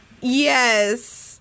Yes